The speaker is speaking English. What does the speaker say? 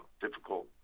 difficult